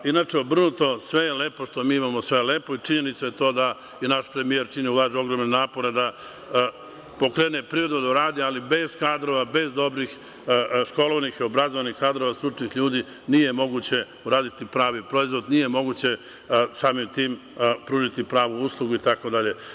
Inače obrnuto, sve je lepo što mi imamo, sve je lepo, i činjenica je to da je naš premijer učinio ogromne napore da pokrene privredu da radi, ali bez kadrova, bez dobrih, školovanih i obrazovanih kadrova, stručnih ljudi, nije moguće uraditi pravi proizvod, nije moguće samim tim pružiti pravu uslugu, itd.